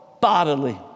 bodily